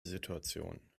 situation